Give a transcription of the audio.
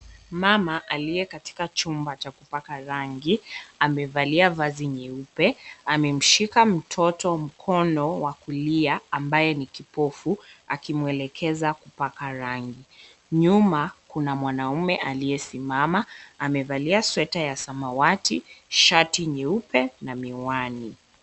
Mama aliye katika chumba cha kupaka rangi amevalia vazi nyeupe, amemshika mtoto mkono wa kulia ambaye ni kipofu, akimuelekeza kupaka rangi. Nyuma, kuna mwanaume aliyesimama, amevalia sweta ya samawati, shati nyeupe na miwani.